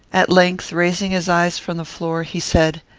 at length, raising his eyes from the floor, he said,